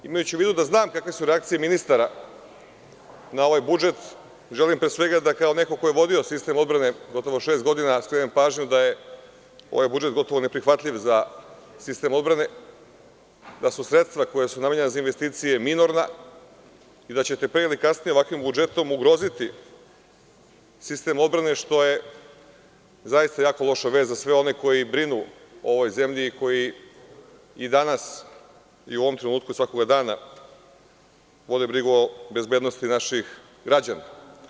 Imajući u vidu da znam kakve su reakcije ministara na ovaj budžet, želim pre svega da kažem da kaoneko ko jevodio sistem odbrane gotovo šest godina, skrenem pažnju da je ovaj budžet gotovo neprihvatljiv za sistem odbrane, da su sredstva koja su namenjena za investicije minorna i da ćete pre ili kasnije ovakvim budžetom ugroziti sistem odbrane, što je zaista jako loša vest za sve one koji brinu o ovoj zemlji i koji i danas i u ovom trenutku, svakog dana vode brigu o bezbednosti naših građana.